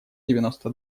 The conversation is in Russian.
девяносто